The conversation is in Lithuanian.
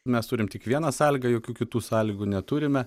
mes turim tik vieną sąlygą jokių kitų sąlygų neturime